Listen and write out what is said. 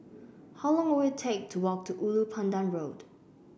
how long will it take to walk to Ulu Pandan Road